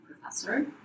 professor